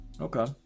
okay